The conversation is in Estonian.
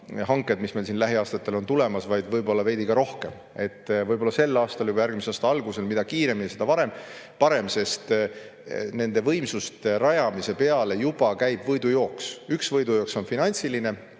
hanked, mis meil lähiaastatel on tulemas, vaid võib-olla veidi rohkem, võib-olla juba sel aastal või järgmise aasta alguses. Mida kiiremini, seda parem, sest nende võimsuste rajamise peale juba käib võidujooks. Üks võidujooks on finantsiline,